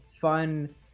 fun